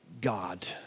God